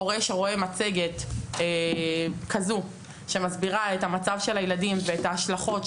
הורה צריך לראות מצגת כזו שמסבירה את מצב הילדים ואת ההשלכות,